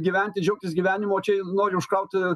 gyventi džiaugtis gyvenimu o čia nori užkrauti